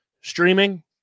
streaming